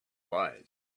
lies